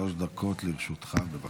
שלוש דקות לרשותך, בבקשה.